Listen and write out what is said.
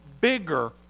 bigger